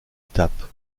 étape